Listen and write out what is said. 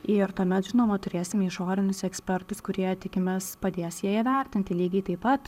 ir tuomet žinoma turėsim išorinius ekspertus kurie tikimės padės ją įvertinti lygiai taip pat